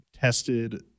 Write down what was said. tested